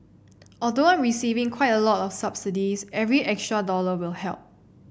although receiving quite a lot of subsidies every extra dollar will help